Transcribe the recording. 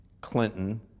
Clinton